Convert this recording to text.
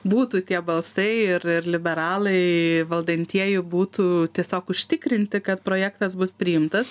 būtų tie balsai ir ir liberalai valdantieji būtų tiesiog užtikrinti kad projektas bus priimtas